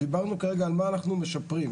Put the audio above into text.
דיברנו כרגע על מה אנחנו משפרים.